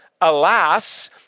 alas